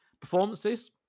performances